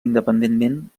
independentment